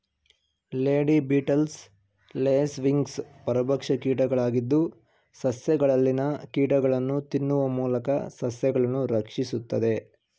lady beetles, lace wings ಪರಭಕ್ಷ ಕೀಟಗಳಾಗಿದ್ದು, ಸಸ್ಯಗಳಲ್ಲಿನ ಕೀಟಗಳನ್ನು ತಿನ್ನುವ ಮೂಲಕ ಸಸ್ಯಗಳನ್ನು ರಕ್ಷಿಸುತ್ತದೆ